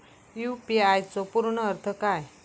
UPI चो पूर्ण अर्थ काय?